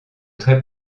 très